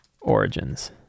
origins